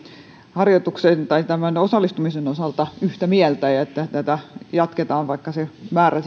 harjoituksen tai tämän osallistumisen osalta yhtä mieltä että tätä jatketaan vaikka määrä